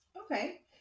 Okay